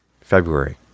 February